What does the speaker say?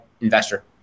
investor